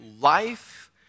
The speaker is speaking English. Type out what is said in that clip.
life